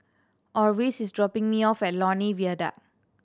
Orvis is dropping me off at Lornie Viaduct